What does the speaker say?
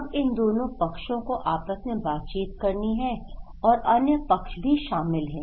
अब इन दोनों पक्षों को आपस में बातचीत करनी है और अन्य पक्ष भी शामिल हैं